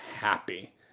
happy